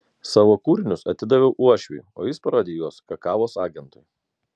savo kūrinius atidaviau uošviui o jis parodė juos kakavos agentui